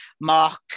Mark